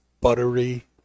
buttery